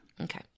Okay